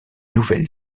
nouvelle